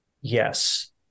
Yes